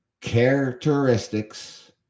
characteristics